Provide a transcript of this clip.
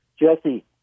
Jesse